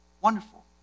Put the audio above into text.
wonderful